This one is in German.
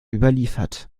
überliefert